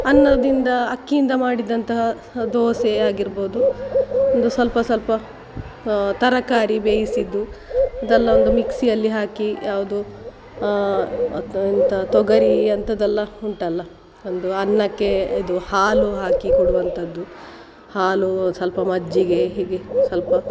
ಅನ್ನದಿಂದ ಅಕ್ಕಿಯಿಂದ ಮಾಡಿದಂತಹ ದೋಸೆ ಆಗಿರ್ಬೌದು ಒಂದು ಸ್ವಲ್ಪ ಸ್ವಲ್ಪ ತರಕಾರಿ ಬೇಯಿಸಿದ್ದು ಅದೆಲ್ಲ ಒಂದು ಮಿಕ್ಸಿಯಲ್ಲಿ ಹಾಕಿ ಯಾವುದು ಎಂತ ತೊಗರಿ ಅಂಥದ್ದೆಲ್ಲ ಉಂಟಲ್ಲ ಒಂದು ಅನ್ನಕ್ಕೆ ಇದು ಹಾಲು ಹಾಕಿ ಕೊಡುವಂಥದ್ದು ಹಾಲು ಸ್ವಲ್ಪ ಮಜ್ಜಿಗೆ ಹೀಗೆ ಸ್ವಲ್ಪ